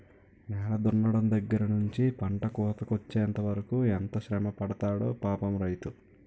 నేల దున్నడం దగ్గర నుంచి పంట కోతకొచ్చెంత వరకు ఎంత శ్రమపడతాడో పాపం రైతు